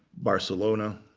barcelona